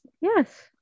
Yes